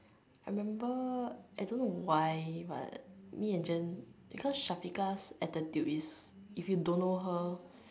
I remember I don't know why but me and Jen cause Syafiqah's attitude is if you don't know her